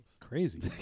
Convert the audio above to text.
Crazy